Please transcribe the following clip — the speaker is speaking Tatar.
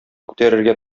күтәрергә